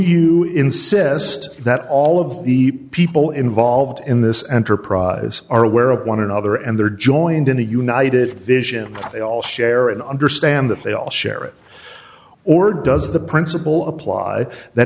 you insist that all of the people involved in this enterprise are aware of one another and they're joined in the united nations they all share and understand that they all share it or does the principle apply that